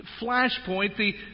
flashpoint